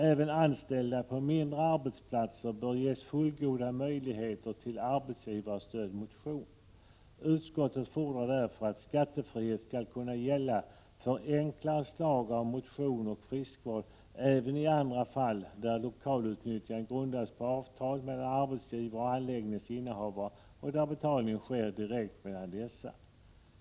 Även anställda på mindre arbetsplatser bör ges fullgoda möjligheter till arbetsgivarstödd motion. Utskottet förordar därför att skattefrihet skall kunna gälla för enklare slag av motion och friskvård även i andra fall där lokalutnyttjandet grundas på avtal mellan arbetsgivaren och anläggningens innehavare och där betalning sker direkt mellan dessa.